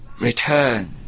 return